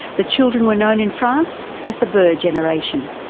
the children were known in france as the beur generation.